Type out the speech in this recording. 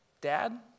Dad